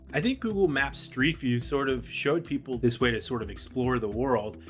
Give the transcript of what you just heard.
i think google maps street view sort of showed people this way to sort of explore the world.